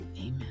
Amen